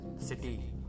city